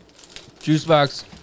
Juicebox